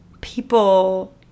people